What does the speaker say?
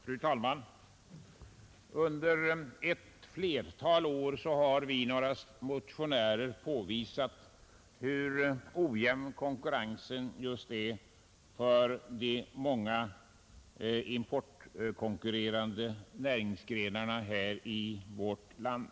Fru talman! Under ett flertal år har jag tillsammans med några andra motionärer påvisat hur ojämn konkurrensen är för de många importkonkurrerande näringsgrenarna i vårt land.